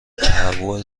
تهوع